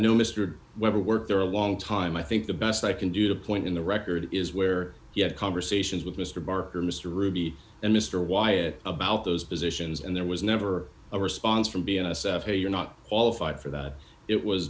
know mr weber worked there a long time i think the best i can do to point in the record is where you have conversations with mr barker mr ruby and mr wyatt about those positions and there was never a response from a you're not all fired for that it was